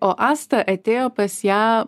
o asta atėjo pas ją